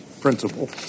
principle